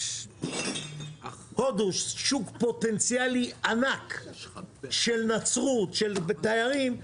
פה שוק פוטנציאלי ענק של נצרות, של תיירים.